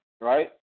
right